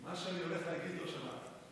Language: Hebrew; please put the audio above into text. את מה שאני הולך להגיד לא שמעת.